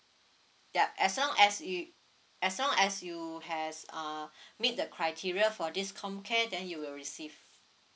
yup as long as you as long as you has uh meet the criteria for this comcare then you will receive